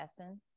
essence